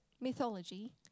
mythology